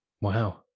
Wow